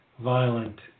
violent